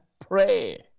pray